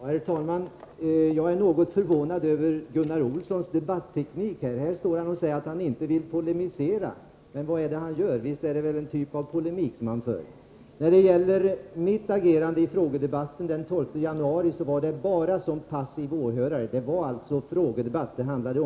Herr talman! Jag är något förvånad över Gunnar Olssons debatteknik. Han står och säger att han inte vill polemisera. Men vad är det han gör? Visst är det en typ av polemik han för! Mitt agerande i frågedebatten den 12 januari bestod enbart i att jag var passiv åhörare. Det var alltså en frågedebatt!